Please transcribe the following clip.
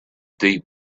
deep